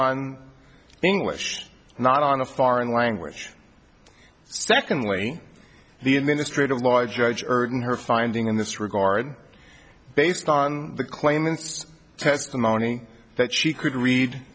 on english not on a foreign language secondly the administrative law judge burton her finding in this regard based on the claimant's testimony that she could read